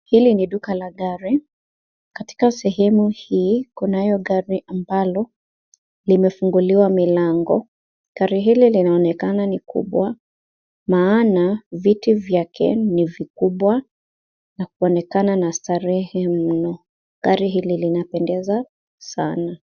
Hili ni duka la gari katika sehemu hii kunayo gari ambalo limefunguliwa milango, gari hili linaonekana ni kubwa maana viti vyake ni vikubwa na kuonekana na starehe mno. Gari hili linapendeza sana.